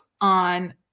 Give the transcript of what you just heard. on